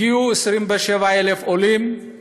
הגיעו 27,000 עולים.